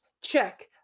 check